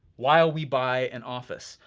while we buy an office,